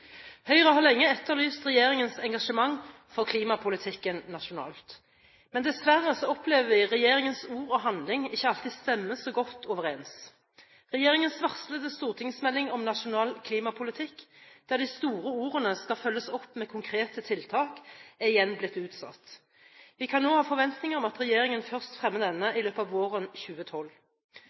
Høyre har lenge etterlyst regjeringens engasjement for klimapolitikken nasjonalt. Men dessverre opplever vi at regjeringens ord og handling ikke alltid stemmer så godt overens. Regjeringens varslede stortingsmelding om nasjonal klimapolitikk der de store ordene skal følges opp med konkrete tiltak, er igjen blitt utsatt. Vi kan nå ha forventninger om at regjeringen først fremmer denne i løpet av våren 2012.